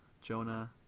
Jonah